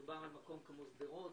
מדובר על מקום כמו שדרות.